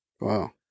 Wow